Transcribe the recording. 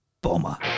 Bomber